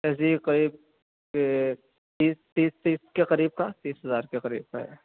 ایسے ہی قریب تیس تیس تیس کے قریب کا تیس ہزار کے قریب کا ہے